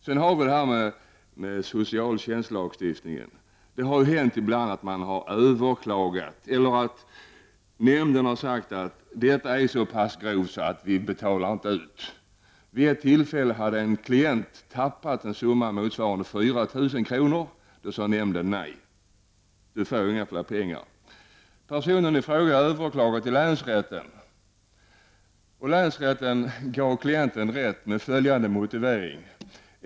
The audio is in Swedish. När det sedan gäller socialtjänstlagstiftningen så har det ju hänt att nämnden har sagt att det, med hänvisning till ett grovt felaktigt handlande, inte går att betala ut några pengar. I ett fall var det en klient som hade tappat en summa om 4 000 kr. och som därför behövde mera pengar. Då sade alltså nämnden nej. Personen i fråga överklagade då till länsrätten, som gav klienten rätt med följande motivering.